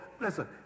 Listen